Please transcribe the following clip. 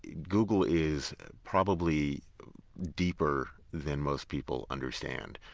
google is probably deeper than most people understand.